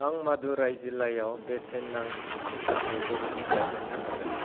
आं मादुराइ जिल्लायाव बेसेन नाङि टिकाखौ बबेनिफ्राय मोन्नो हागोन